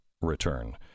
return